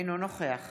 אינו נוכח